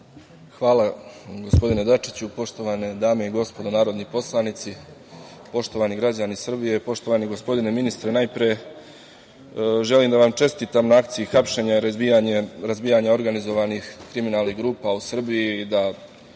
Hvala gospodine Dačiću. Poštovane dame i gospodo narodni poslanici, poštovani građani Srbije, poštovani gospodine ministre, najpre želim da vam čestitam na akciji hapšenja i razbijanja organizovanih kriminalnih grupa u Srbiji i da